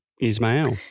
Ismael